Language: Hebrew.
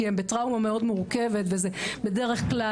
כי הן בטראומה מאוד מורכבת וזה בדרך כלל,